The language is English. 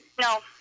No